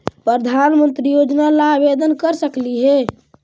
प्रधानमंत्री योजना ला आवेदन कर सकली हे?